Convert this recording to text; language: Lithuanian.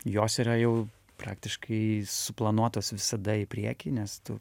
jos yra jau praktiškai suplanuotos visada į priekį nes tu